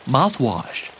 Mouthwash